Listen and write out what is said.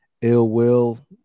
Ill-Will